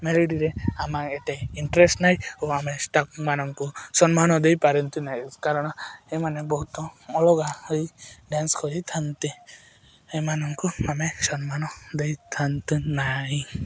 ମେଲୋଡ଼ିରେ ଆମର ଏତେ ଇଣ୍ଟରେଷ୍ଟ ନାହିଁ ଓ ଆମେମାନଙ୍କୁ ସମ୍ମାନ ଦେଇପାରନ୍ତି ନାହିଁ କାରଣ ଏମାନେ ବହୁତ ଅଲଗା ହେଇ ଡ୍ୟାନ୍ସ କରିଥାନ୍ତି ଏମାନଙ୍କୁ ଆମେ ସମ୍ମାନ ଦେଇଥାନ୍ତି ନାହିଁ